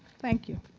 thank you.